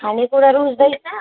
खाने कुरा रुच्दैछ